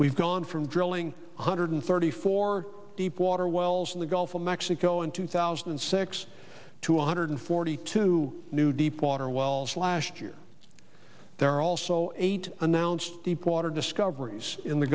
we've gone from drilling hundred thirty four deepwater wells in the gulf of mexico in two thousand and six to one hundred and forty two new deepwater wells last year there are also eight announced deepwater discoveries in the